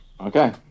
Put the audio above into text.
Okay